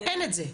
אין את זה.